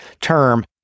term